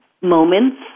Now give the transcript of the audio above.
moments